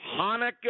Hanukkah